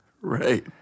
Right